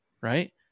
Right